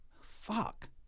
fuck